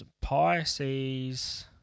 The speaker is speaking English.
Pisces